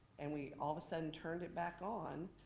and we all of a sudden turned it back on,